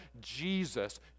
Jesus